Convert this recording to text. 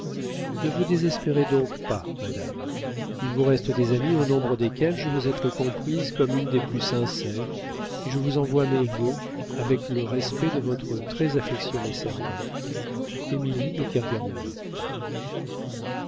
ne vous désespérez donc pas madame il vous reste des amis au nombre desquels je veux être comprise comme une des plus sincères et je vous envoie mes vœux avec les respects de votre très affectionnée servante émilie de